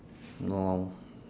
oh